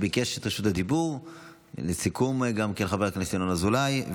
ביקש את רשות הדיבור לסיכום חבר הכנסת ינון אזולאי,